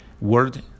word